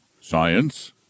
science